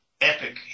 epic